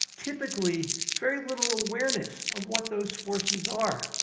typically, very little awareness of what those forces are.